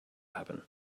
happen